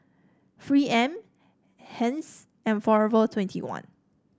Three M Heinz and Forever twenty one